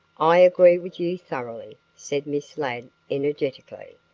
i agree with you thoroughly, said miss ladd energetically.